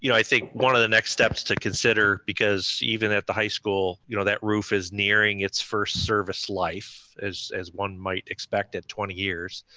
you know i think one of the next steps to consider because even at the high school you know that roof is nearing its first service life as as one might expect at twenty years.